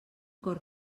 cor